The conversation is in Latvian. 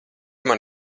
man